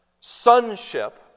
sonship